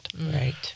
Right